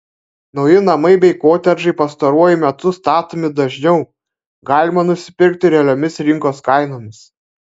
nauji namai bei kotedžai pastaruoju metu statomi dažniau galima nupirkti realiomis rinkos kainomis